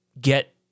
get